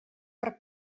per